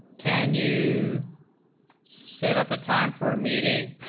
can you set up a time for me